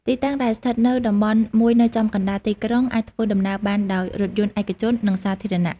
ទីតាំង ដែលស្ថិតនៅតំបន់មួយនៅចំកណ្តាលទីក្រុង អាចធ្វើដំណើរបានដោយរថយន្តឯកជន និងសាធារណៈ។